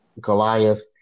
Goliath